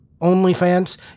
OnlyFans